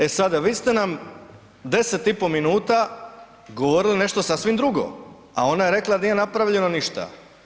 E sada vi ste nam 10,5 minuta govorili nešto sasvim drugo a ona je rekla nije napravljeno ništa.